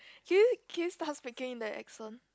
can you can you start speaking in the accent